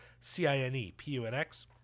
C-I-N-E-P-U-N-X